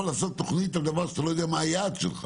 לעשות תוכנית בלי שאתה יודע מה היעד שלך